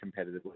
competitively